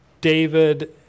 David